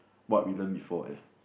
what we learn before eh